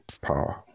power